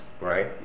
right